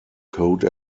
code